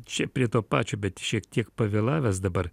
čia prie to pačio bet šiek tiek pavėlavęs dabar